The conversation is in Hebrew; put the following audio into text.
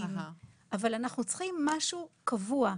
אבל אנחנו צריכים משהו קבוע,